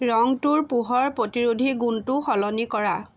ৰঙটোৰ পোহৰ প্ৰতিৰোধী গুণটো সলনি কৰা